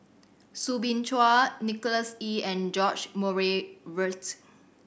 Soo Bin Chua Nicholas Ee and George Murray Reith